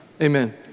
Amen